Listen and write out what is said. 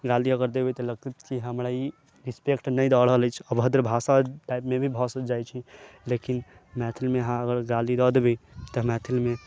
गाली अगर देबै तऽ लागत कि हमरा ई रिस्पेक्ट नहि दऽ रहल अछि अभद्र भाषा टाइप मे भी भऽ जाइ छी लेकिन मैथिल मे अहाँ अगर गाली दऽ देबै तऽ मैथिल मे